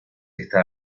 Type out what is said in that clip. está